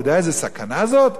אתה יודע איזו סכנה זאת?